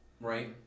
Right